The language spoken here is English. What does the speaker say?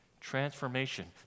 transformation